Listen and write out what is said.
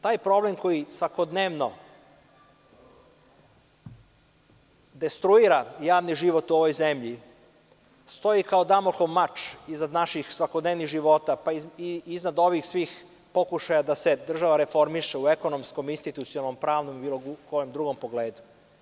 Taj problem koji svakodnevno destruira javni život u ovoj zemlji stoji kao Damohov mač iznad naših svakodnevnih života pa i iznad ovih svih pokušaja da se država reformiše u ekonomskom, institucionalnom pravnom i bilo kojem drugom pogledu.